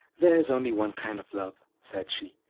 there is only one kind of love, said she.